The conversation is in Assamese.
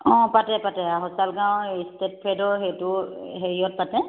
অঁ পাতে পাতে আহৈ ছালগাঁৱৰ ইষ্টেট ফ্ৰেডৰ সেইটো হেৰিয়ত পাতে